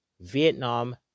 Vietnam